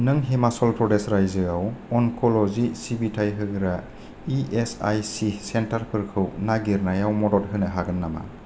नों हिमाचल प्रदेश रायजोआव अंक'ल'जि सिबिथाय होग्रा इएसआइसि सेन्टारफोरखौ नागिरनायाव मदद होनो हागोन नामा